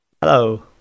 Hello